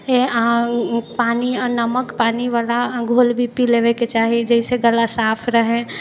हे अहाँ पानि अऽ नमक पानिवला घोल भी पी लेबेके चाही जाहिसँ कि गला साफ रहै